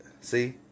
See